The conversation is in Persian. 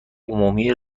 عمومی